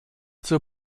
zur